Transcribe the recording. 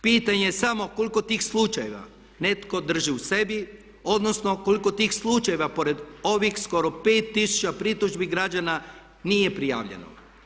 Pitanje je samo koliko tih slučajeva netko drži u sebi odnosno koliko tih slučajeva pored ovih skoro 5 tisuća pritužbi građana nije prijavljeno.